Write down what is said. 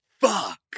fuck